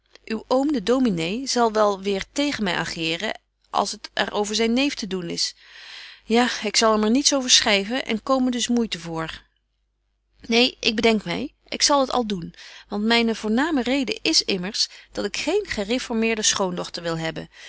uw oom de dominé zal wel weêr tegen my ageeren als het er over zyn neef te doen is ja ik zal er hem niets over schryven en komen dus moeite voor neen ik bedenk my ik zal het al doen want myn voorname reden is immers dat ik geen gereformeerde schoondochter wil hebben